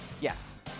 Yes